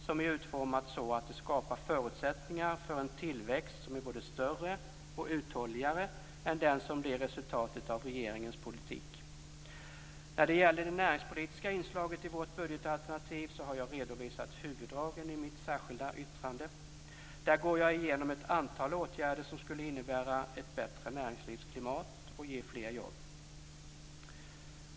Den är utformad så att den skapar förutsättningar för en tillväxt som är både större och uthålligare än den som blir resultatet av regeringens politik. Jag har redovisat huvuddragen i det näringspolitiska inslaget i vårt budgetalternativ i mitt särskilda yttrande. Där går jag igenom ett antal åtgärder som skulle innebära ett bättre näringslivsklimat och ge fler jobb.